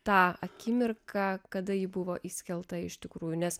tą akimirką kada ji buvo įskelta iš tikrųjų nes